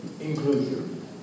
inclusion